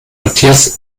matthias